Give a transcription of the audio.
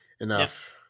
Enough